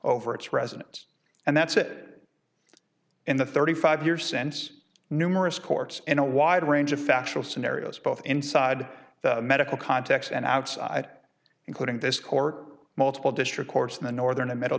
over its residence and that's it in the thirty five years since numerous courts in a wide range of factual scenarios both inside the medical context and outside including this cork multiple district courts in the northern and m